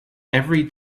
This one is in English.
every